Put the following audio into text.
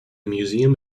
museum